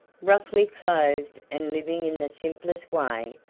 roughly clothed, and living in the simplest way,